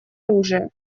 оружия